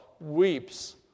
weeps